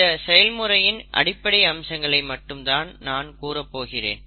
இந்த செயல்முறையின் அடிப்படை அம்சங்களை மட்டும் தான் நான் கூறப் போகிறேன்